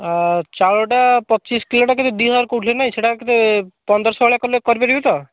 ଚାଉଳଟା ପଚିଶ କିଲୋଟା କେତେ ଦୁଇ ହଜାର କହୁଥିଲେ ନାହିଁ ସେଇଟା କେତେ ପନ୍ଦର ଶହ ଭଳିଆ କରିଲେ କରିପାରିବେ ତ